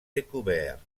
découverts